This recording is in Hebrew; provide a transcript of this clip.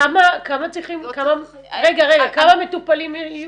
כמה צריכים --- כמה מטופלים יהיו?